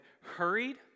hurried